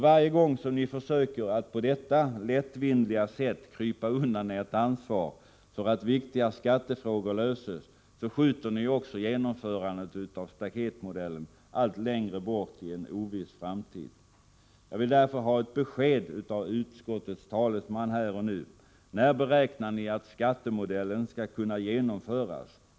Varje gång som ni försöker att på detta lättvindiga sätt krypa undan ert ansvar för att viktiga skattefrågor löses, skjuter ni ju också genomförandet av staketmodellen allt längre bort i en oviss framtid. Jag vill därför ha ett besked av utskottets talesman här och nu. När beräknar ni att staketmodellen skall kunna genomföras?